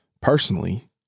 personally